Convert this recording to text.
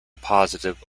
positive